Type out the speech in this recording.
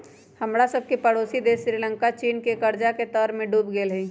हमरा सभके पड़ोसी देश श्रीलंका चीन के कर्जा के तरमें डूब गेल हइ